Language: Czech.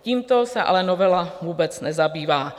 Tímto se ale novela vůbec nezabývá.